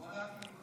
לא מנעתי ממך.